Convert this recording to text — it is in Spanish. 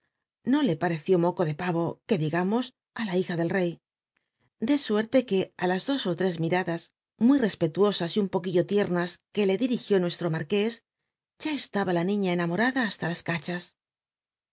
no ir pareció moco de pavo que digamo ú la hija del rcr de suerte que il la dos ú tres miradas muy respetuosa y un poquillo tiernas que le dirigió nuestro marqu s tt c talm la niria enanwnllla ha la las cachas